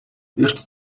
эрт